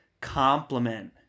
compliment